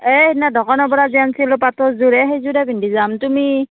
এই সেইদিনা দোকানৰ পৰা যে আনিছিলো পাতৰযোৰে সেইযোৰে পিন্ধি যাম তুমি